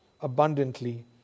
abundantly